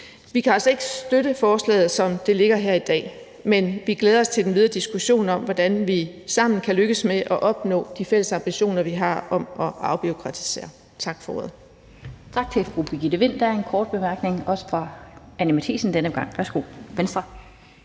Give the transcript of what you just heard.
Vi kan altså ikke støtte forslaget, som det ligger her i dag, men vi glæder os til den videre diskussion om, hvordan vi sammen kan lykkes med at opnå de fælles ambitioner, vi har om at afbureaukratisere. Kl. 15:35 Den